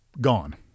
gone